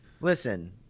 Listen